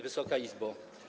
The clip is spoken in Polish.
Wysoka Izbo!